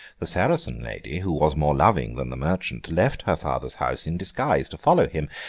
the saracen lady, who was more loving than the merchant, left her father's house in disguise to follow him,